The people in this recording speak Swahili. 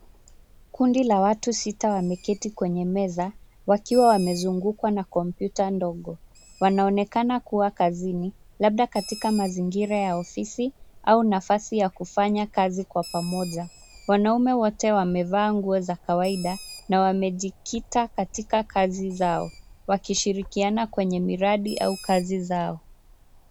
Kundi la watu sita wameketi kwenye meza wakiwa wamezungukwa na kompyuta ndogo. Wanaonekana kuwa kazini labda katika mazingira ya ofisi au nafasi ya kufanya kazi kwa pamoja. Wanaume wote wamevaa nguo za kawaida na wamejikita katika kazi zao wakishirikiana kwenye miradi au kazi zao.